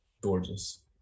gorgeous